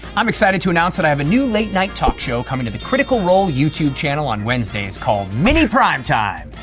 i'm excited to announce that i have a new late night talk show coming to the critical role youtube channel on wednesdays called mini primetime.